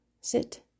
sit